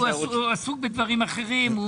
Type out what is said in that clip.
הוא עסוק בדברים אחרים.